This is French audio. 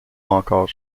encore